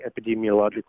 epidemiological